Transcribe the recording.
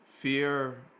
Fear